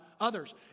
others